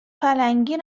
پلنگی